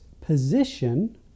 position